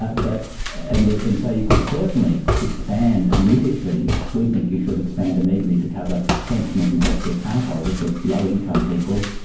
ah but and and so you could certainly expand immediately, we think you should expand immediately to cover pensioners and healthcare card holders, the low income people,